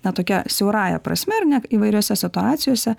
na tokia siaurąja prasme ar ne įvairiose situacijose